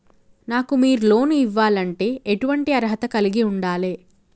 నాకు మీరు లోన్ ఇవ్వాలంటే ఎటువంటి అర్హత కలిగి వుండాలే?